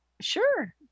sure